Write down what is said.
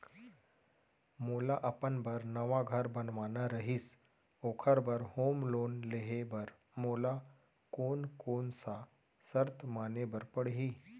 मोला अपन बर नवा घर बनवाना रहिस ओखर बर होम लोन लेहे बर मोला कोन कोन सा शर्त माने बर पड़ही?